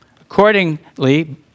Accordingly